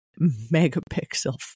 megapixel